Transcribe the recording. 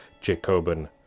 Jacobin